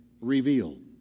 revealed